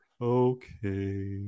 okay